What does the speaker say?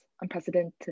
unprecedented